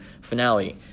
finale